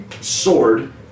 sword